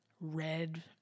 red